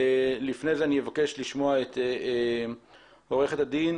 לפני כן אני אבקש לשמוע את עורכת הדין